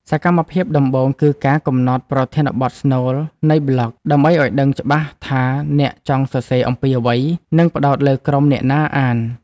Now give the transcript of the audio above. សកម្មភាពដំបូងគឺការកំណត់ប្រធានបទស្នូលនៃប្លក់ ដើម្បីឱ្យដឹងច្បាស់ថាអ្នកចង់សរសេរអំពីអ្វី និងផ្ដោតលើក្រុមអ្នកណាអាន។